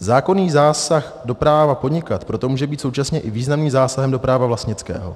Zákonný zásah do práva podnikat proto může být současně i významným zásahem do práva vlastnického.